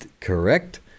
Correct